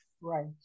Right